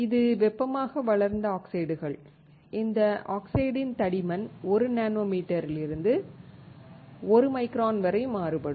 இது வெப்பமாக வளர்ந்த ஆக்சைடுகள் இந்த ஆக்சைட்டின் தடிமன் 1 நானோமீட்டரிலிருந்து 1 மைக்ரான் வரை மாறுபடும்